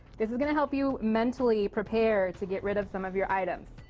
this will help you mentally prepare to get rid of some of your items.